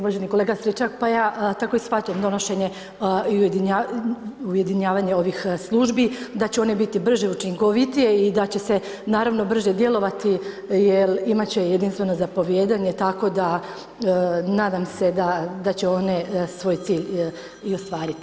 Uvaženi kolega Stričak, pa ja tako i shvaćam donošenje i ujedinjavanje ovih službi, da će one biti brže i učinkovitije i da će se naravno brže djelovati jer imat će jedinstveno zapovijedanje tako da nadam se da će one svoj cilj i ostvariti.